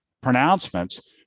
pronouncements